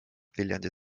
viljandi